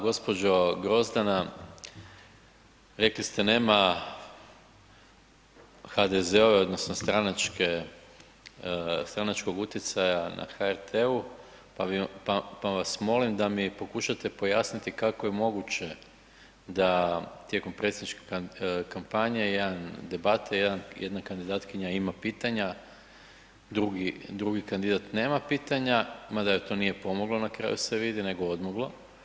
Gospođo Grozdana rekli ste nema HDZ-ove odnosno stranačke, stranačkog utjecaja na HRT-u pa vas molim da mi pokušate pojasniti kako je moguće da tijekom predsjedniče kampanje jedan, debate, jedna kandidatkinja ima pitanja, drugi kandidat nema pitanja, mada joj to nije pomoglo na kraju se vidi nego odmoglo.